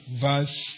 verse